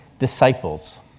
disciples